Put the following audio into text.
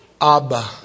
Abba